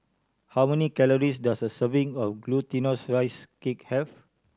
how many calories does a serving of Glutinous Rice Cake have